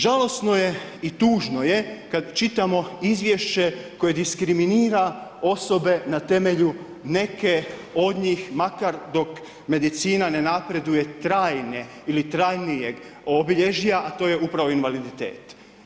Žalosno je i tužno je kada čitamo izvješće koje diskriminira osobe na temelju neke od njih, makar dok, medicina ne napreduje trajanje ili trajnijeg obilježja, a to je upravo invaliditet.